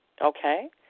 Okay